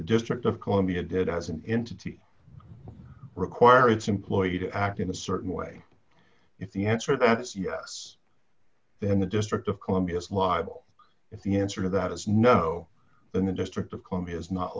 the district of columbia did as an entity require its employee to act in a certain way if the answer that's yes then the district of columbia's liable if the answer to that is no in the district of columbia is not